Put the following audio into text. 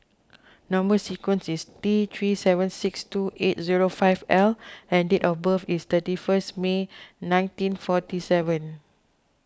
Number Sequence is T three seven six two eight zero five L and date of birth is thirty first May nineteen forty seven